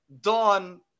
Dawn